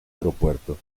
aeropuerto